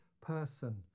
person